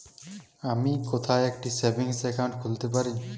আমি কোথায় একটি সেভিংস অ্যাকাউন্ট খুলতে পারি?